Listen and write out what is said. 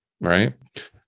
right